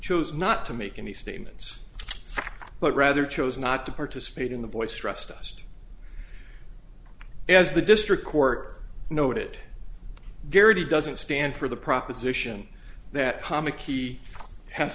chose not to make any statements but rather chose not to participate in the voice stress test as the district court noted garrity doesn't stand for the proposition that comma key has